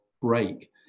break